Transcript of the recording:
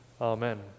Amen